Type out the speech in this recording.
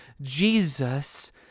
Jesus